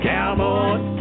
Cowboy